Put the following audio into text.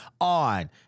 on